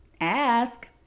ask